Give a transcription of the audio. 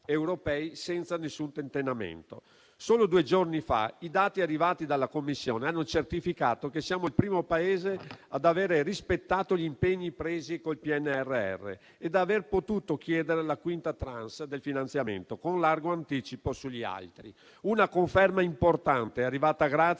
europei, senza alcun tentennamento. Solo due giorni fa i dati arrivati dalla Commissione hanno certificato che siamo il primo Paese ad avere rispettato gli impegni presi col PNRR e ad aver potuto chiedere la quinta *tranche* del finanziamento con largo anticipo sugli altri. Una conferma importante è arrivata grazie